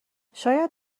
شاید